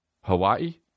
hawaii